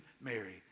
Mary